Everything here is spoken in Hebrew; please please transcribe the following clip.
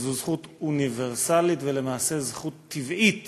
זו זכות אוניברסלית, ולמעשה זכות טבעית